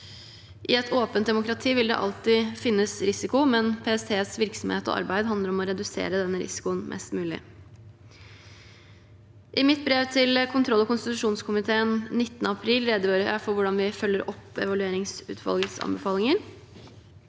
I et åpent demokrati vil det alltid finnes risiko, men PSTs virksomhet og arbeid handler om å redusere denne risikoen mest mulig. I mitt brev til kontroll- og konstitusjonskomiteen 19. april redegjorde jeg for hvordan vi følger opp evalueringsutvalgets anbefalinger.